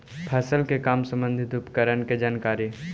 फसल के काम संबंधित उपकरण के जानकारी?